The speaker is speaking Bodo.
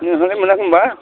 बेनिखायनो मोनाखै होनबा